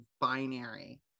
binary